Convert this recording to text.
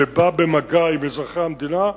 שבא במגע עם אזרחי המדינה,